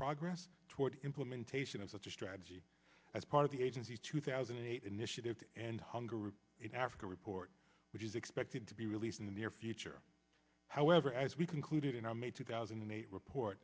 progress toward implementation of such a strategy as part of the agency two thousand and eight initiative and hunger rip it africa report which is expected to be released in the near future however as we concluded in our may two thousand and eight report